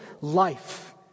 life